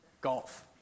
Golf